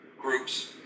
Groups